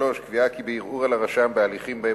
3. קביעה כי בערעור על הרשם בהליכים שבהם